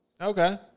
Okay